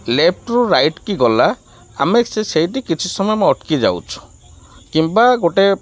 ଲେଫ୍ଟରୁ ରାଇଟ୍କି ଗଲା ଆମେ ସେ ସେଇଠି କିଛି ସମୟ ଅଟକି ଯାଉଛୁ କିମ୍ବା ଗୋଟେ